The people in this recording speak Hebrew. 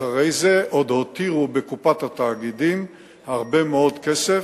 אחרי זה עוד הותירו בקופת התאגידים הרבה מאוד כסף,